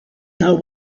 know